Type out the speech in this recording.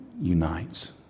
unites